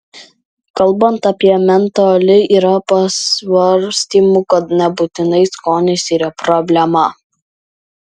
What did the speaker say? kalbant apie mentolį yra pasvarstymų kad nebūtinai skonis yra problema